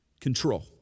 control